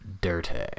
dirty